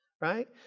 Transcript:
right